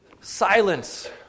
Silence